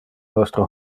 nostre